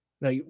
now